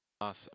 Awesome